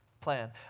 plan